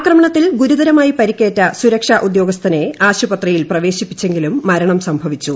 ആക്രമണത്തിൽ ഗുരുതരമാീയു പരിക്കേറ്റ സുരക്ഷാ ഉദ്യോഗസ്ഥനെ ആശുപത്രിയിൽ പ്രവേശിപ്പിച്ചെങ്കിലും മരണം സംഭവിച്ചു